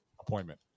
appointment